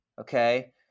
Okay